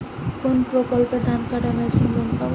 কোন প্রকল্পে ধানকাটা মেশিনের লোন পাব?